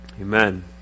Amen